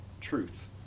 truth